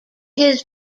his